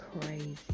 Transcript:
crazy